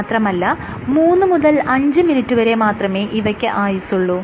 മാത്രമല്ല മൂന്ന് മുതൽ അഞ്ച് മിനിട്ടുവരെ മാത്രമേ ഇവയ്ക്ക് ആയുസ്സുള്ളൂ